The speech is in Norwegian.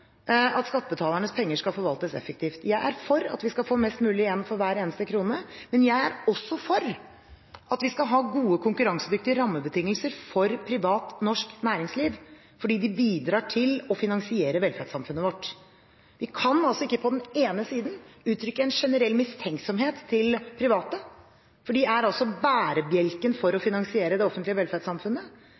at skattebetalernes penger skal forvaltes effektivt, jeg er for at vi skal få mest mulig igjen for hver eneste krone. Men jeg er også for at vi skal ha gode konkurransedyktige rammebetingelser for privat norsk næringsliv, fordi de bidrar til å finansiere velferdssamfunnet vårt. Vi kan altså ikke på den ene siden uttrykke en generell mistenksomhet til private, for de er bærebjelken for å finansiere det offentlige velferdssamfunnet,